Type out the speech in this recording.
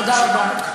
תודה רבה.